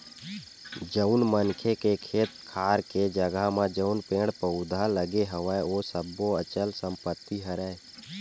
जउन मनखे के खेत खार के जघा म जउन पेड़ पउधा लगे हवय ओ सब्बो अचल संपत्ति हरय